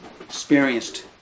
experienced